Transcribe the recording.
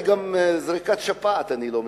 אפילו זריקת שפעת אני לא מקבל,